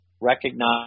recognize